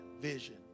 vision